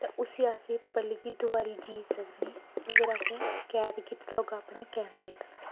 तां उसी अस पलै गी दबारा जी सकने अगर असें कैद कीते दे होगा अपने कैमरे च तां